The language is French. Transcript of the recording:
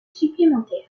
supplémentaire